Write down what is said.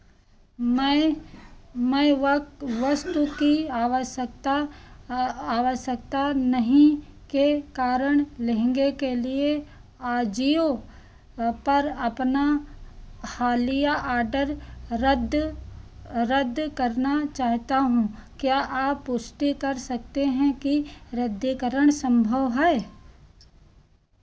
मैं मैं वक वस्तु की आवश्यकता आ आवश्यकता नहीं के कारण लहंगे के लिए आजियो पर अपना हालिया आडर रद्द रद्द करना चाहता हूँ क्या आप पुष्टि कर सकते हैं कि रद्दीकरण संभव है